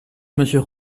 monsieur